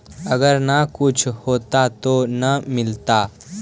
अगर न कुछ होता तो न मिलता?